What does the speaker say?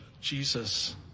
Jesus